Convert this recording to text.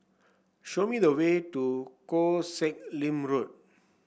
show me the way to Koh Sek Lim Road